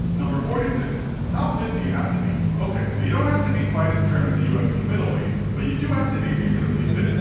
forty six. how fit do you have to be? ok, so you don't have to be quite as trim as a ufc middleweight, but you do have to be reasonably fit.